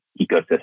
ecosystem